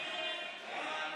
מנותקים, נגד.